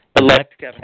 Elect